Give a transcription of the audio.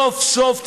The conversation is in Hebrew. סוף-סוף,